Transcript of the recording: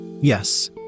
Yes